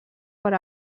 per